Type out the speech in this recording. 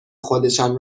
خودشان